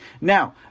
Now